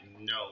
No